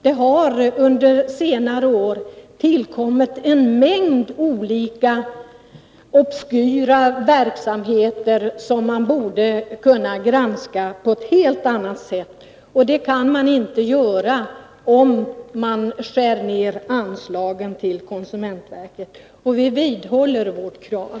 Det har under senare år tillkommit en mängd olika obskyra verksamheter, som man borde kunna granska på ett helt annat sätt än hittills. Och det kan man inte göra om man skär ned anslagen till konsumentverket. Vi vidhåller vårt motionskrav.